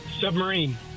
Submarine